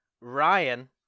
Ryan